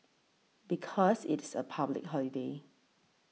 because it's a public holiday